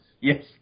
Yes